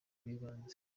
bw’ibanze